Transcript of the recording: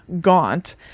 gaunt